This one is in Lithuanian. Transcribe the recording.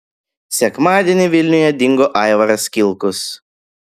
sekmadienį vilniuje dingo aivaras kilkus